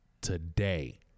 today